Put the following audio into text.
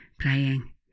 playing